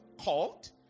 called